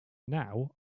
now